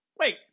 Wait